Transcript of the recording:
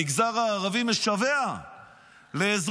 המגזר הערבי משווע לעזרה.